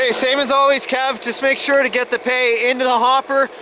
ah same as always, kev. just make sure to get the pay into the hopper.